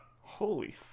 holy